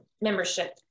membership